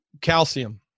calcium